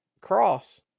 cross